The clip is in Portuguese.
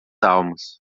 almas